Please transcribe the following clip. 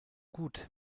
gut